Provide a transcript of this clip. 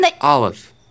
Olive